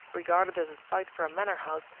regarded as a site for a manor house,